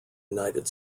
united